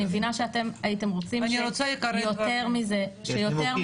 אני מבינה שאתם הייתם רוצים לראות שיותר מזה יפורסם.